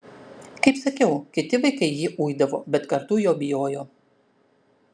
kaip sakiau kiti vaikai jį uidavo bet kartu jo bijojo